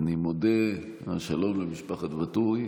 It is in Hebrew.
שלום למשפחת ואטורי.